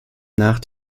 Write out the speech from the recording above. nach